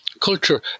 culture